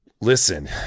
listen